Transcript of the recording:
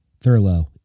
Thurlow